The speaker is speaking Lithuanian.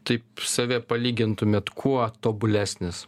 taip save palygintumėt kuo tobulesnis